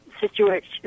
situation